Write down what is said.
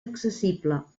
accessible